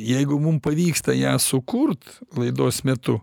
jeigu mum pavyksta ją sukurt laidos metu